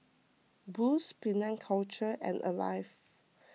Boost Penang Culture and Alive